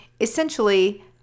essentially